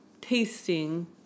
tasting